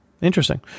interesting